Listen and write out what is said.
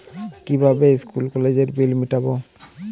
কিভাবে স্কুল কলেজের বিল মিটাব?